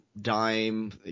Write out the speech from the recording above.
dime